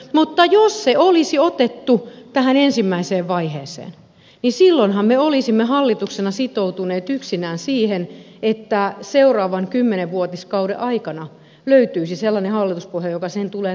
mutta jos se olisi otettu tähän ensimmäiseen vaiheeseen niin silloinhan me olisimme hallituksena sitoutuneet yksinään siihen että seuraavan kymmenvuotiskauden aikana löytyisi sellainen hallituspohja joka sen tulee toteuttamaan